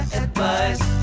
advice